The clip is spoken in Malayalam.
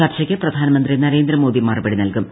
ചർച്ചിയ്ക്ക് പ്രധാനമന്ത്രി നരേന്ദ്രമോദി മറുപടി നൽകും